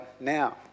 now